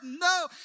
No